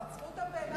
תעצרו אותם באילת.